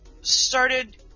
started